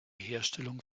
herstellung